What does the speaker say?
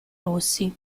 rossi